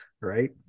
Right